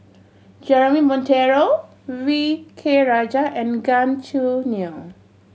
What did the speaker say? Jeremy Monteiro V K Rajah and Gan Choo Neo